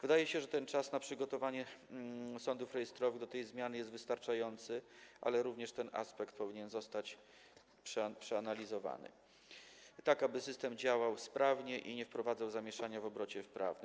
Wydaje się, że ten czas na przygotowanie sądów rejestrowych do tej zmiany jest wystarczający, ale również ten aspekt powinien zostać przeanalizowany, tak aby system działał sprawnie i nie wprowadzał zamieszania w obrocie prawnym.